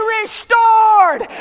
restored